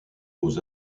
aux